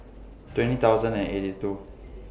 twenty thousand and eighty two